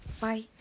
bye